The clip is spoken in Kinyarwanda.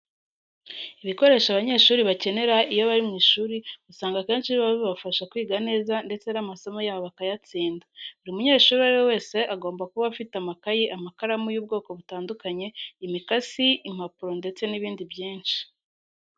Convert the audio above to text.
Ibikoresho abanyeshuri bakenera iyo bari mu ishuri usanga akenshi biba bibafasha kwiga neza ndetse n'amasomo yabo bakayatsinda. Buri munyeshuri uwo ari we wese agomba kuba afite amakayi, amakaramu y'ubwoko butandukanye, imikasi, impapuro ndetse n'ibindi byinshi.